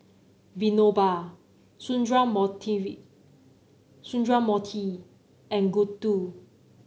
Vinoba Sundramoorthy and Gouthu